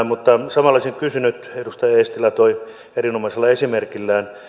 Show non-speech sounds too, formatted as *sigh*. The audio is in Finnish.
*unintelligible* mutta samalla olisin kysynyt siitä kun edustaja eestilä toi erinomaisella esimerkillään sen